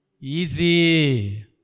Easy